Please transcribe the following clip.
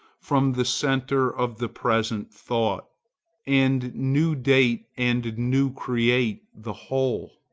from the centre of the present thought and new date and new create the whole.